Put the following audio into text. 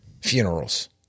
funerals